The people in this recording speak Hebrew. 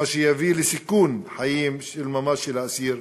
מה שיביא לסיכון חיים של ממש של האסיר,